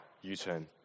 U-turn